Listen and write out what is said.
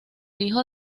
hijo